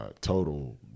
Total